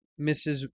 Mrs